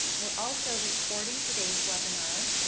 we're also recording today's webinar,